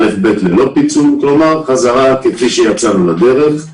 א'-ב' ללא פיצול, כלומר חזרה כפי שיצאנו לדרך.